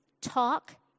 talk